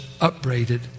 upbraided